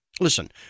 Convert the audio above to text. Listen